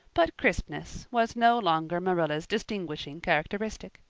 but crispness was no longer marilla's distinguishing characteristic.